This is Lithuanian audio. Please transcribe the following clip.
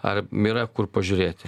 ar yra kur pažiūrėti